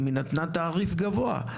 היא נתנה תעריף גבוה.